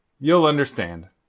ye'll understand.